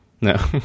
No